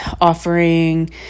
offering